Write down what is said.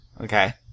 Okay